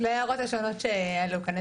אני אתייחס להערות השונות שעלו כאן.